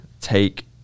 take